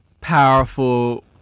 powerful